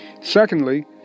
Secondly